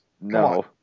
No